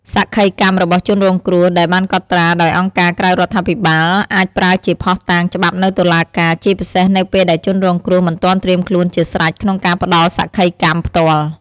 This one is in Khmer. សក្ខីកម្មរបស់ជនរងគ្រោះដែលបានកត់ត្រាដោយអង្គការក្រៅរដ្ឋាភិបាលអាចប្រើជាភស្តុតាងច្បាប់នៅតុលាការ ជាពិសេសនៅពេលដែលជនរងគ្រោះមិនទាន់ត្រៀមខ្លួនជាស្រេចក្នុងការផ្ដល់សក្ខីកម្មផ្ទាល់។